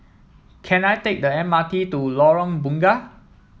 can I take the M R T to Lorong Bunga